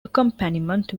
accompaniment